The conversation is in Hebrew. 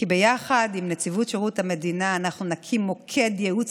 כי ביחד עם נציבות שירות המדינה אנחנו נקים מוקד ייעוץ